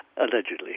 allegedly